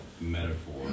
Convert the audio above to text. metaphor